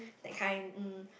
that kind mm